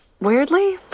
Weirdly